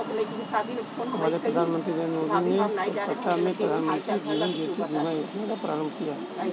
हमारे प्रधानमंत्री नरेंद्र मोदी ने कोलकाता में प्रधानमंत्री जीवन ज्योति बीमा योजना का प्रारंभ किया